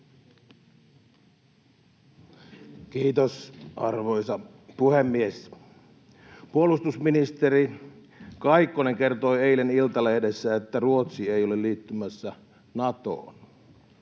Kiitos, arvoisa puhemies! Puolustusministeri Kaikkonen kertoi eilen Iltalehdessä, että Ruotsi ei ole liittymässä Natoon.